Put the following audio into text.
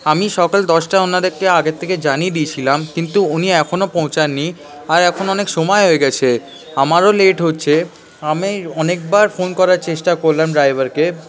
আমি সকাল দশটা ওনাদেরকে আগের থেকে জানিয়ে দিয়েছিলাম কিন্তু উনি এখনও পৌঁছান নি আর এখন অনেক সময় হয়ে গেছে আমারও লেট হচ্ছে আমি অনেক বার ফোন করার চেষ্টা করলাম ড্রাইভারকে